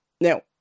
Now